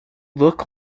look